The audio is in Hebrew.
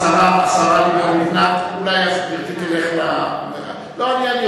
השרה לימור לבנת, לא, אני.